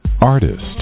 Artist